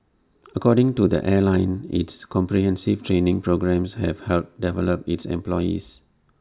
according to the airline its comprehensive training programmes have helped develop its employees